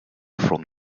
from